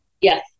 Yes